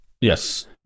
Yes